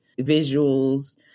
visuals